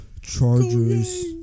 Chargers